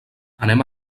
anem